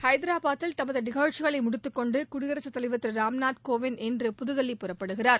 ஹைதராபாதில் தமது நிகழ்ச்சிகளை முடித்துக்கொண்டு குடியரசுத் தலைவர் திரு ராம்நாத் கோவிந்த் இன்று புதுதில்லி புறப்படுகிறார்